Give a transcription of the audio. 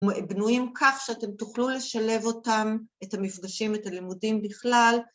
‫בנויים כך שאתם תוכלו לשלב אותם, ‫את המפגשים, את הלימודים בכלל...